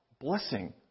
Blessing